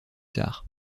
tard